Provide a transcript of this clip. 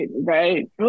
right